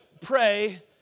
pray